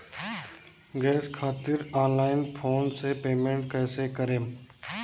Gas खातिर online phone से payment कैसे करेम?